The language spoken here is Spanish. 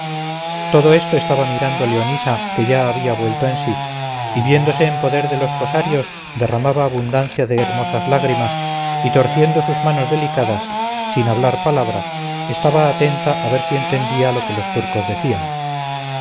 todo esto estaba mirando leonisa que ya había vuelto en sí y viéndose en poder de los cosarios derramaba abundancia de hermosas lágrimas y torciendo sus manos delicadas sin hablar palabra estaba atenta a ver si entendía lo que los turcos decían